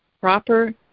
proper